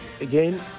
again